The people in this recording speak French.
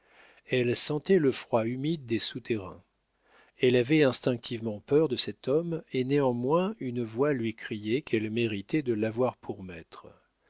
elle sentait le froid humide des souterrains elle avait instinctivement peur de cet homme et néanmoins une voix lui criait qu'elle méritait de l'avoir pour maître